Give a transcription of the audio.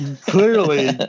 Clearly